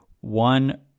one